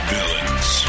Villains